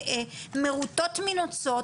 מרוטות מנוצות,